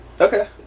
okay